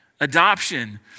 Adoption